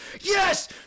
yes